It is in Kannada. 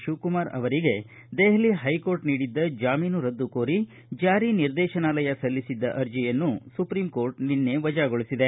ಶಿವಕುಮಾರ್ ಅವರಿಗೆ ದೆಹಲಿ ಹೈಕೋರ್ಟ್ ನೀಡಿದ್ದ ಜಾಮೀನು ರದ್ದು ಕೋರಿ ಜಾರಿ ನಿರ್ದೇಶನಾಲಯ ಸಲ್ಲಿಸಿದ್ದ ಅರ್ಜಿಯನ್ನು ಸುಪ್ರೀಂ ಕೋರ್ಟ್ ನಿನ್ನೆ ವಜಾಗೊಳಿಸಿದೆ